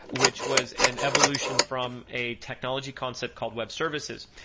which was an evolution from a technology concept called web services.